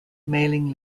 mailing